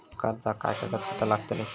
कर्जाक काय कागदपत्र लागतली?